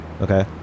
okay